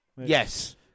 Yes